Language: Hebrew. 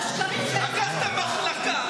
את השקרים שלך, לקחת מחלקה,